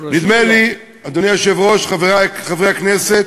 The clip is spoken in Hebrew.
נדמה לי, אדוני היושב-ראש, חברי חברי הכנסת,